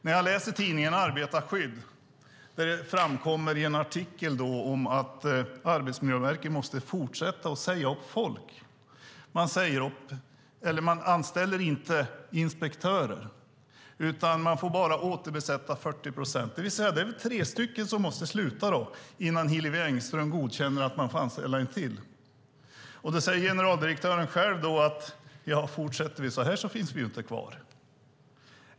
När jag läser tidningen Arbetarskydd framkommer det i en artikel att Arbetsmiljöverket måste fortsätta att säga upp folk. De anställer inte inspektörer, utan de får bara återbesätta 40 procent. Det är alltså tre stycken som måste sluta innan Hillevi Engström godkänner att de får anställa en till. Generaldirektören själv säger: Fortsätter vi så här så finns vi inte kvar.